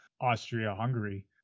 Austria-Hungary